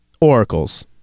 oracles